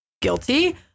Guilty